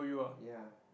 ya